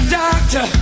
doctor